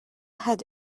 had